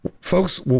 folks